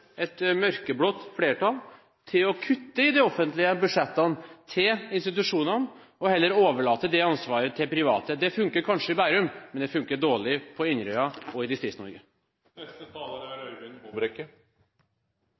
et mørkeblått flertall til å kutte i de offentlige budsjettene til institusjonene og heller overlate det ansvaret til private. Det funker kanskje i Bærum, men det funker dårlig på Inderøy og i Distrikts-Norge. Jeg synes siste taler